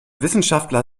wissenschaftler